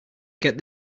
get